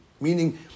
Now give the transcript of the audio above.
Meaning